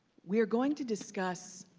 we are going to discuss